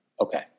Okay